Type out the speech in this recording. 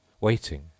waiting